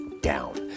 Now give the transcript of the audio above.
down